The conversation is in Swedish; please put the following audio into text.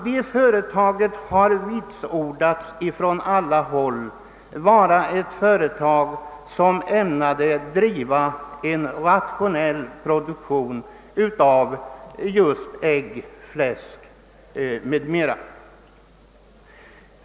Det har från alla håll vitsordats att det är ett företag som ämnade driva en rationell produktion av just ägg, fläsk m.m.